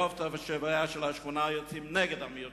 רוב תושביה של השכונה יוצאים נגד המיעוט